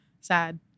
Sad